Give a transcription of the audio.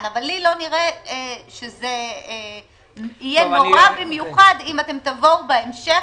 אבל נראה לי שזה לא יהיה נורא במיוחד אם אתם תבואו בהמשך